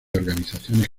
organizaciones